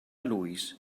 loïs